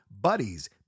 BUDDIES